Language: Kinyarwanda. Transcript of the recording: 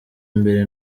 imbere